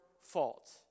fault